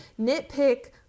nitpick